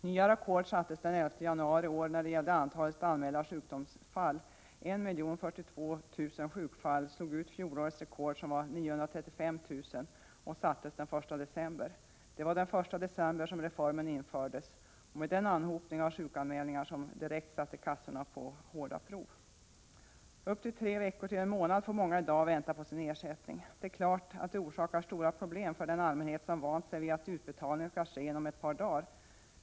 Nya rekord sattes den 11 januari i år när det gällde antalet anmälda sjukdomsfall. 1 042 000 sjukfall slog fjolårets rekord, som var 935 000 och sattes den 1 december. Det var den 1 december som reformen infördes, och den anhopning av sjukanmälningar som kom direkt satte kassorna på hårda prov. Upp till tre veckor till en månad får många i dag vänta på sin ersättning. Det är klart att detta orsakar stora problem för den allmänhet som vant sig vid att utbetalningar skall ske inom ett par dagar.